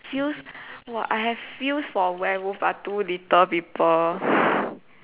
feels !wah! I have feels for werewolf but too little people